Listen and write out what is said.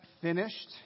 finished